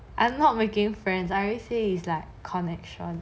I'm not making friends I already say like connection